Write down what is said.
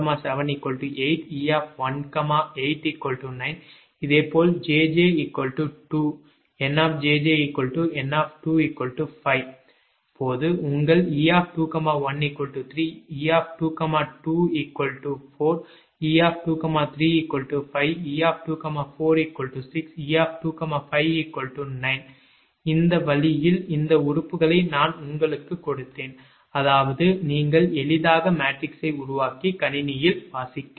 இதேபோல் jj 2 𝑁 𝑗𝑗 𝑁 5 வலது போது உங்கள் 𝑒 21 3 2 22 4 2 23 5 2 24 6 2 25 9 இந்த வழியில் இந்த உறுப்புகளை நான் உங்களுக்குக் கொடுத்தேன் அதாவது நீங்கள் எளிதாக மேட்ரிக்ஸை உருவாக்கி கணினியில் வாசிக்கலாம்